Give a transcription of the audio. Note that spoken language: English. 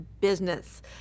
business